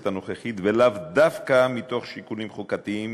הנוכחית ולאו דווקא מתוך שיקולים חוקתיים